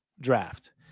draft